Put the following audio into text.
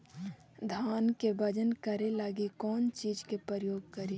धान के बजन करे लगी कौन चिज के प्रयोग करि?